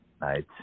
right